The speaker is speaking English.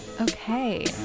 Okay